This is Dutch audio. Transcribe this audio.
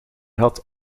had